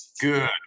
Good